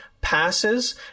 passes